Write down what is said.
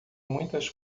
muitas